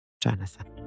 Jonathan